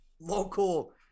local